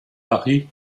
paris